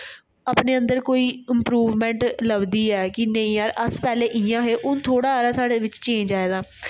अपने अंदर कोई इंप्रूवमैंट लभदी ऐ कि नेईं अस पैह्लें इ'यां है हून थोह्डा हारा साढ़े बिच्च चैंज आएदा